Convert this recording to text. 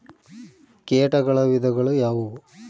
ಕೇಟಗಳ ವಿಧಗಳು ಯಾವುವು?